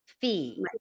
fee